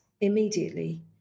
immediately